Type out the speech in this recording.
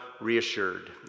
reassured